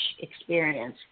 experience